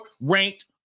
ranked